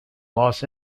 los